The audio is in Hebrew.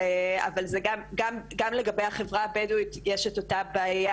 אבל גם לגבי החברה הבדווית יש את אותה בעיה